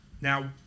Now